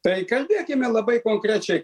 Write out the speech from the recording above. tai kalbėkime labai konkrečiai